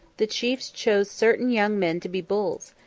the chiefs chose certain young men to be bulls,